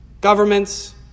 governments